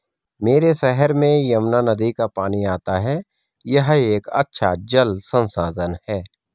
मेरे शहर में यमुना नदी का पानी आता है यह एक अच्छा जल संसाधन है